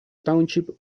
township